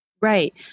Right